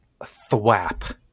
thwap